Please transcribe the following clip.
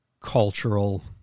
cultural